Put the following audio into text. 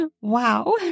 Wow